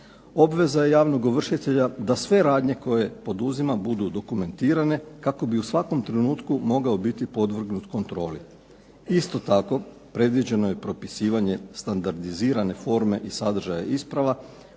obveza je javnog ovršitelja da sve radnje koje poduzima budu dokumentirane, kako bi u svakom trenutku mogao biti podvrgnut kontroli. Isto tako predviđeno je propisivanje standardizirane forme i sadržaja isprava,